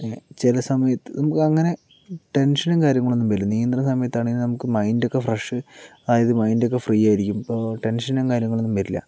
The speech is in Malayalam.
ചില സമയത്ത് നമുക്ക് അങ്ങനെ ടെന്ഷനും കാര്യങ്ങളും ഒന്നും വരുന്നില്ല നീന്തണ സമയത്താണെങ്കിൽ നമുക്ക് മൈന്ഡ് ഒക്കെ ഫ്രഷ് ആയത് മൈന്ഡ് ഒക്കെ ഫ്രീ ആയിരിക്കും അപ്പോൾ ടെന്ഷനും കാര്യങ്ങളും ഒന്നും വരില്ല